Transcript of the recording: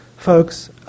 folks